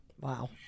Wow